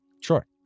Sure